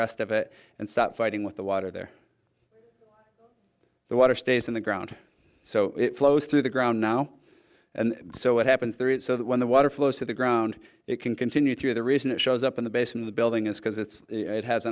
rest of it and stop fighting with the water there the water stays in the ground so it flows through the ground now and so what happens there is so that when the water flows to the ground it can continue through the reason it shows up in the basin of the building is because it's it has